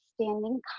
standing